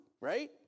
right